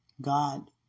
God